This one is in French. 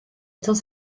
étant